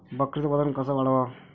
बकरीचं वजन कस वाढवाव?